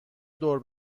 دور